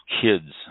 kids